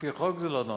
על-פי חוק זה לא נעשה.